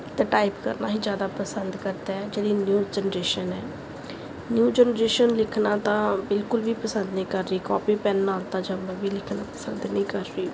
ਅਤੇ ਟਾਈਪ ਕਰਨਾ ਹੀ ਜ਼ਿਆਦਾ ਪਸੰਦ ਕਰਦਾ ਹੈ ਜਿਹੜੀ ਨਿਊ ਜਨਰੇਸ਼ਨ ਹੈ ਨਿਊ ਜਨਰੇਸ਼ਨ ਲਿਖਣਾ ਤਾਂ ਬਿਲਕੁਲ ਵੀ ਪਸੰਦ ਨਹੀਂ ਕਰ ਰਹੀ ਕੋਪੀ ਪੈੱਨ ਨਾਲ ਤਾਂ ਜਮਾਂ ਵੀ ਲਿਖਣਾ ਪਸੰਦ ਨਹੀਂ ਕਰ ਰਹੀ